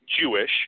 Jewish